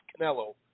Canelo